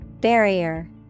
Barrier